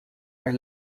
are